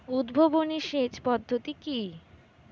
উদ্ভাবনী সেচ পদ্ধতি কি?